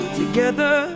together